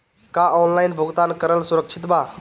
का ऑनलाइन भुगतान करल सुरक्षित बा?